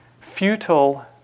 Futile